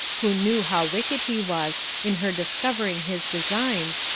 who knew how wicked he was, in her discovering his designs,